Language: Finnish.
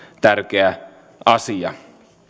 tärkeä asia